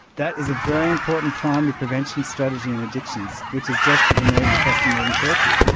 that is a very important primary prevention strategy in addictions which is desperately needed across the northern territory.